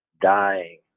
dying